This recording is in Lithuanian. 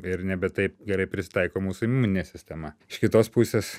ir nebe taip gerai prisitaiko mūsų imuninė sistema iš kitos pusės